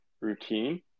routine